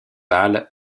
balles